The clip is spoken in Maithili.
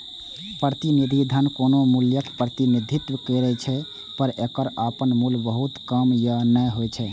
प्रतिनिधि धन कोनो मूल्यक प्रतिनिधित्व करै छै, पर एकर अपन मूल्य बहुत कम या नै होइ छै